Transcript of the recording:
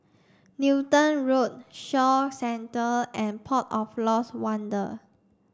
Newton Road Shaw Centre and Port of Lost Wonder